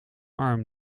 arm